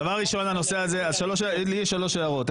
יש לי שלוש הערות.